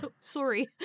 Sorry